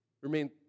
remain